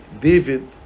David